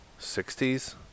60s